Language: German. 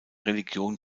religion